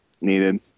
needed